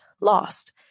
lost